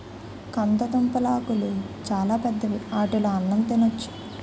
కందదుంపలాకులు చాలా పెద్దవి ఆటిలో అన్నం తినొచ్చు